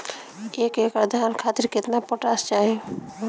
एक एकड़ धान खातिर केतना पोटाश चाही?